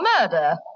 murder